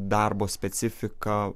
darbo specifika